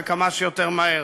וכמה שיותר מהר.